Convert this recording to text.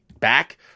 back